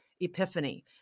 epiphany